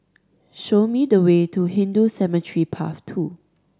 show me the way to Hindu Cemetery Path Two